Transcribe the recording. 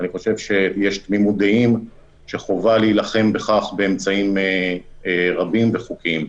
אני חושב שיש תמימות דעים שחובה להילחם בכך באמצעים רבים וחוקיים.